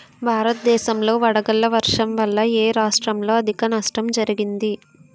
భారతదేశం లో వడగళ్ల వర్షం వల్ల ఎ రాష్ట్రంలో అధిక నష్టం జరిగింది?